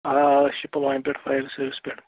آ آ أسۍ چھِ پُلوامہِ پٮ۪ٹھ فایَر سٔروِس پٮ۪ٹھ